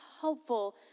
helpful